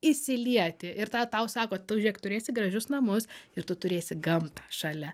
įsilieti ir tą tau sako tu žiūrėk turėsi gražius namus ir tu turėsi gamtą šalia